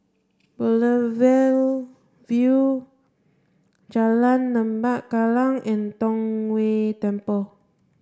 Boulevard Vue Jalan Lembah Kallang and Tong Whye Temple